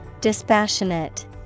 Dispassionate